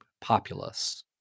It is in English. populace